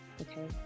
Okay